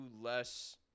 less